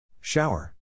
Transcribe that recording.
Shower